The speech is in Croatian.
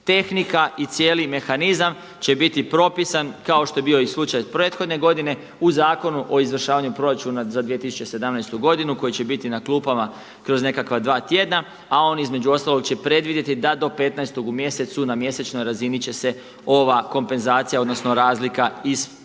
Tehnika i cijeli mehanizam će biti propisan kao što je bio slučaj i prethodne godine u Zakonu o izvršavanju proračuna za 2017. godinu koji će biti na klupama kroz nekakva dva tjedna, a on između ostalog će predvidjeti da do petnaestog u mjesecu na mjesečnoj razini će ova kompenzacija, odnosno razlika isplaćivati.